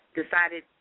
decided